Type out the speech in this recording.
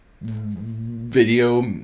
video